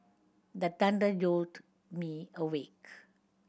the thunder jolt me awake